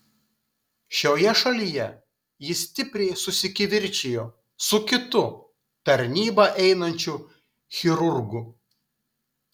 šioje šalyje jis stipriai susikivirčijo su kitu tarnybą einančiu chirurgu